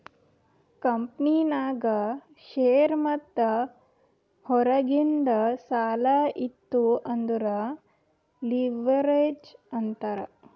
ಕಂಪನಿನಾಗ್ ಶೇರ್ ಮತ್ತ ಹೊರಗಿಂದ್ ಸಾಲಾ ಇತ್ತು ಅಂದುರ್ ಲಿವ್ರೇಜ್ ಅಂತಾರ್